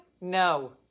No